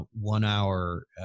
one-hour